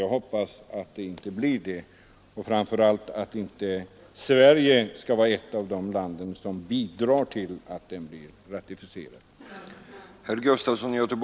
Jag hoppas att så många länder inte gör det, och framför allt hoppas jag att Sverige inte ratificerar den.